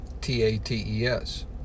T-A-T-E-S